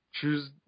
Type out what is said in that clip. choose